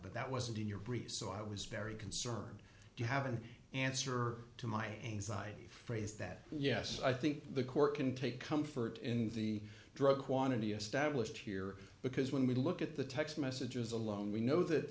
but that wasn't in your brief so i was very concerned you haven't answer to my anxiety phrase that yes i think the court can take comfort in the drug quantity established here because when we look at the text messages alone we know that